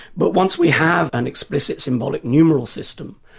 but once we have an explicit symbolic neural system,